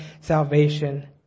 salvation